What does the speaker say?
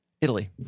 italy